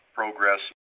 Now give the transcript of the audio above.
progress